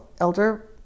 Elder